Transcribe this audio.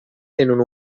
tenen